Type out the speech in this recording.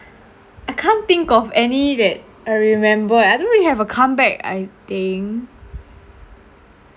I can't think of any that I remember eh I don't really have a comeback I think